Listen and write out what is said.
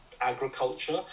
agriculture